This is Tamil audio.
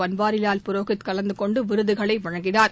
பள்வாரிவால் புரோஹித் கலந்து கொண்டு விருதுகளை வழங்கினார்